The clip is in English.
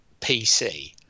PC